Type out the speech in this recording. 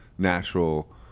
natural